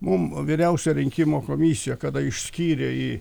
mum vyriausioji rinkimų komisija kada išskyrė į